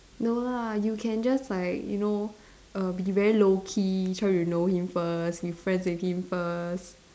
no lah you can just like you know err be very low-key try to know him first make friends with him first